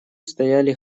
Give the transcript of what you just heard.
стояли